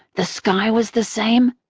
the sky was the same.